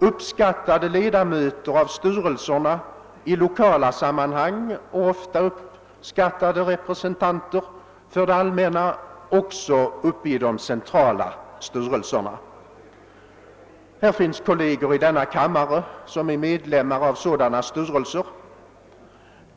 uppskattade ledamöter av styrelserna i lokala sammanhang och ofta uppskattade representanter för det allmänna också uppe i de centrala styrelserna. Här i denna kammare finns kolleger som är medlemmar i sådana styrelser.